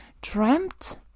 dreamt